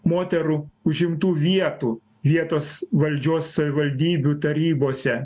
moterų užimtų vietų vietos valdžios savivaldybių tarybose